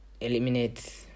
eliminate